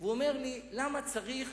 והוא אומר לי: למה צריך